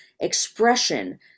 expression